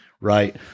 right